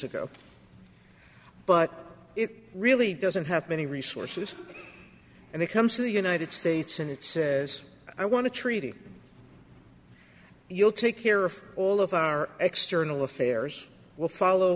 ago but it really doesn't have any resources and it comes to the united states and it says i want to treaty you'll take care of all of our external affairs we'll follow